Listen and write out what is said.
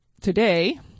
today